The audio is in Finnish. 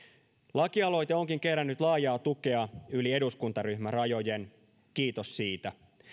lakialoite onkin kerännyt laajaa tukea yli eduskuntaryhmärajojen kiitos siitä